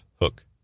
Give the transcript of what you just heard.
Hook